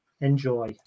Enjoy